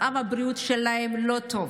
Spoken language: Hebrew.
מצב הבריאות שלהם לא טוב.